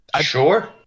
Sure